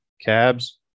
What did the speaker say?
cabs